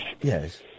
Yes